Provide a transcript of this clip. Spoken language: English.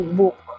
book